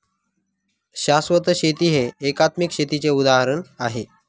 शाश्वत शेती हे एकात्मिक शेतीचे उदाहरण आहे